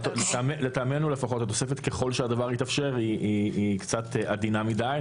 לטעמנו לפחות התוספת ככל שהדבר יתאפשר היא קצת עדינה מדיי.